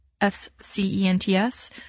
S-C-E-N-T-S